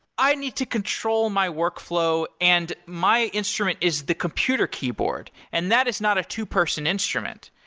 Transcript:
i need to control my workflow and my instrument is the computer keyboard, and that is not a two-person instrument.